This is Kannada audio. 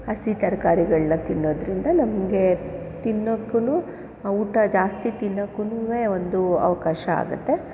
ಹಸಿ ತರಕಾರಿಗಳ್ನ ತಿನ್ನೋದರಿಂದ ನಮಗೆ ತಿನ್ನಕ್ಕೂ ಊಟ ಜಾಸ್ತಿ ತಿನ್ನಕ್ಕೂನೂ ಒಂದು ಅವಕಾಶ ಆಗುತ್ತೆ